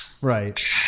Right